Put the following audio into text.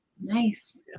Nice